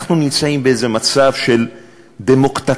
אנחנו נמצאים באיזה מצב של דמוקטטורה,